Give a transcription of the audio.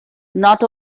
not